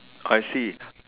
I see